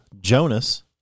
Jonas